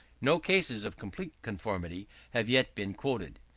no cases of complete conformity have yet been quoted.